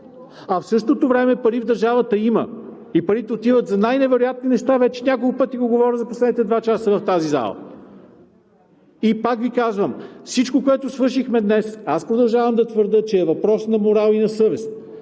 а в същото време пари в държавата има и парите отиват за най-невероятни неща – вече няколко пъти го говоря за последните два часа в тази зала. И пак Ви казвам: всичко, което свършихме днес, аз продължавам да твърдя, че е въпрос на морал и на съвест.